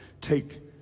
take